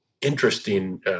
interesting